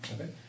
Okay